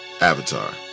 avatar